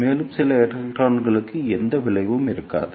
மேலும் சில எலக்ட்ரான்களுக்கு எந்த விளைவும் இருக்காது